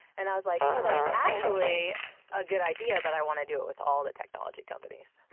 and i was like, oh, that's actually a good idea but i want to do it with all the technology companies.